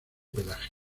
pelaje